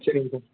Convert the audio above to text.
சரிங்க சார்